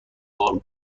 بار